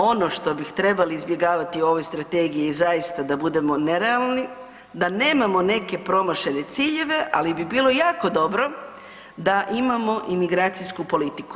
Ono što bi trebali izbjegavati u ovoj strategiji je zaista da budemo nerealni, da nemamo neke promašene ciljeve, ali bi bilo jako dobro da imamo imigracijsku politiku.